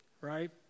right